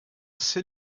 sait